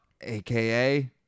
aka